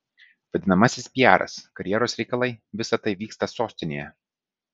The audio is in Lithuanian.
vadinamasis piaras karjeros reikalai visa tai vyksta sostinėje